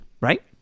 right